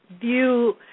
view